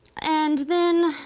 and then, ah,